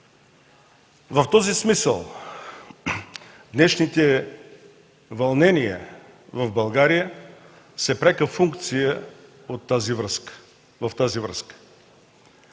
В този смисъл днешните вълнения в България са пряка функция в тази връзка.